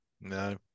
No